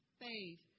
faith